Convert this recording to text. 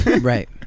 Right